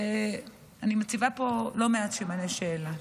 אני מציבה פה לא מעט סימני שאלה.